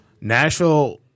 Nashville